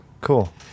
cool